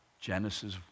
Genesis